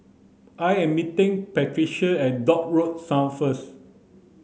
I am meeting Patricia at Dock Road South first